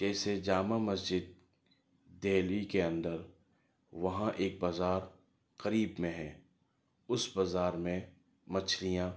جیسے جامع مسجد دہلی کے اندر وہاں ایک بازار قریب میں ہے اس بازار میں مچھلیاں